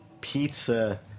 pizza